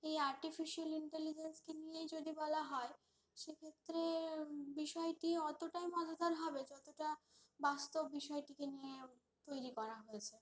এই আর্টিফিশিয়াল ইন্টেলিজেন্সকে নিয়েই যদি বলা হয় সে ক্ষেত্রে বিষয়টি অতটাই মজাদার হবে যতটা বাস্তব বিষয়টিকে নিয়ে তৈরি করা হয়েছে